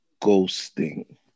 ghosting